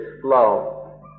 flow